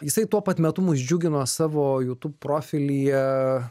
jisai tuo pat metu mus džiugino savo youtube profilyje